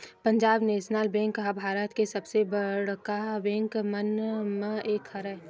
Punjab national bank ह भारत के सबले बड़का बेंक मन म एक हरय